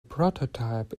prototype